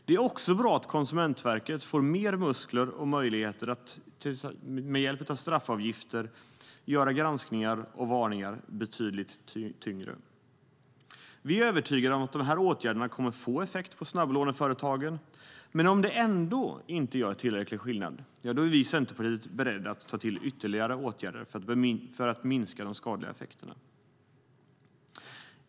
Det är också bra att Konsumentverket får mer muskler och möjligheter att med hjälp av straffavgifter göra granskningar och varningar betydligt tyngre. Vi är övertygade om att de här åtgärderna kommer att få effekt på snabblåneföretagen. Men om det ändå inte gör tillräcklig skillnad är vi i Centerpartiet beredda att ta till ytterligare åtgärder för att minska de skadliga effekterna.